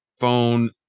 phone